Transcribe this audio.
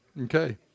Okay